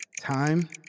Time